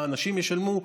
אנשים ישלמו.